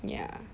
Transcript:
ya